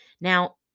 now